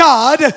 God